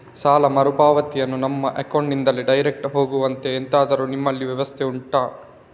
ಸಾಲ ಮರುಪಾವತಿಯನ್ನು ನಮ್ಮ ಅಕೌಂಟ್ ನಿಂದಲೇ ಡೈರೆಕ್ಟ್ ಹೋಗುವಂತೆ ಎಂತಾದರು ನಿಮ್ಮಲ್ಲಿ ವ್ಯವಸ್ಥೆ ಉಂಟಾ